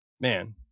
man